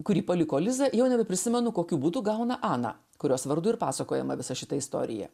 kurį paliko lizą jau nebeprisimenu kokiu būdu gauna ana kurios vardu ir pasakojama visa šita istorija